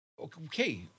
Okay